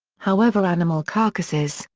however animal carcasses,